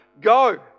Go